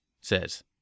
says